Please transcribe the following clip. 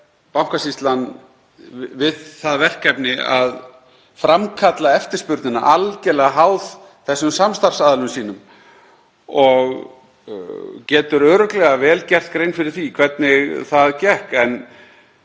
Bankasýslan, við það verkefni að framkalla eftirspurnina, algerlega háð þessum samstarfsaðilum sínum og getur örugglega vel gert grein fyrir því hvernig það gekk. En